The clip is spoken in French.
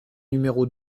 numéro